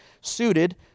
suited